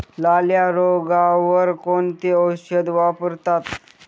लाल्या रोगावर कोणते औषध वापरतात?